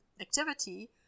activity